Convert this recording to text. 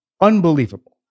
unbelievable